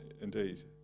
Indeed